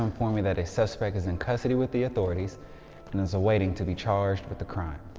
inform you that a suspect is in custody with the authorities and is awaiting to be charged with the crime.